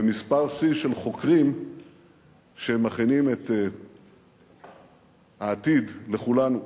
ומספר שיא של חוקרים שמכינים את העתיד לכולנו.